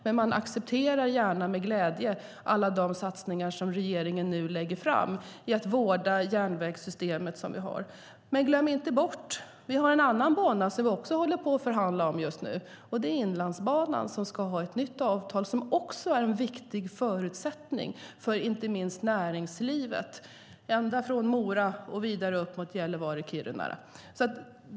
Men de accepterar gärna med glädje alla de satsningar som regeringen nu lägger fram när det gäller att vårda det järnvägssystem som vi har. Men glöm inte bort att vi har en annan bana som vi också håller på att förhandla om just nu, och det är Inlandsbanan där det ska träffas ett nytt avtal. Den är också en viktig förutsättning för inte minst näringslivet, ända från Mora och vidare upp mot Gällivare och Kiruna.